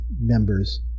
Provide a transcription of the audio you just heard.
members